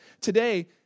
today